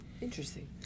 Interesting